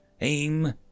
Aim